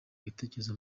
ibitekerezo